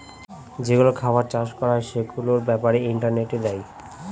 যেগুলো খাবার চাষ করা হয় সেগুলোর ব্যাপারে ইন্টারনেটে দেয়